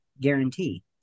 guarantee